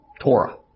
Torah